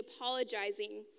apologizing